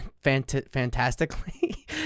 fantastically